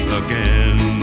again